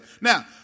Now